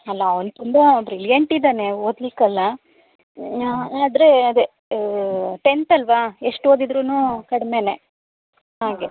ಅಲ್ಲ ಅವ್ನು ತುಂಬ ಬ್ರಿಲಿಯಂಟ್ ಇದ್ದಾನೆ ಓದ್ಲಿಕ್ಕೆಲ್ಲ ಆದರೆ ಅದೆ ಟೆಂತ್ ಅಲ್ವಾ ಎಷ್ಟು ಓದಿದ್ರೂ ಕಡಿಮೆ ಹಾಗೆ